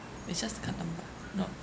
it's just a card um not